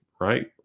right